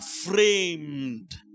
framed